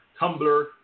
Tumblr